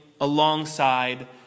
alongside